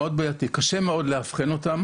קשה מאוד לאבחן אותם